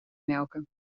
melken